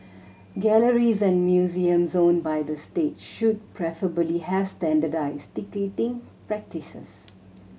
galleries and museums owned by the state should preferably have standardised ticketing practices